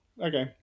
Okay